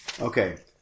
Okay